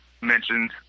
mentioned